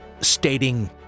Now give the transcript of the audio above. stating